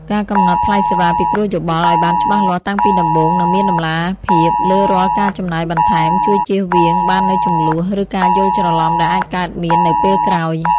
ការកំណត់ថ្លៃសេវាពិគ្រោះយោបល់ឱ្យបានច្បាស់លាស់តាំងពីដំបូង និងមានតម្លាភាពលើរាល់ការចំណាយបន្ថែម ជួយជៀសវាងបាននូវជម្លោះ ឬការយល់ច្រឡំដែលអាចកើតមាននៅពេលក្រោយ។